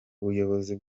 ubuyobozi